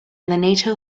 nato